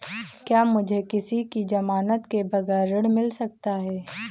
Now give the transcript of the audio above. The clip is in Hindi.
क्या मुझे किसी की ज़मानत के बगैर ऋण मिल सकता है?